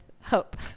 Hope